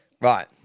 right